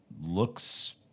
looks –